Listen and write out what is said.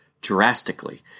drastically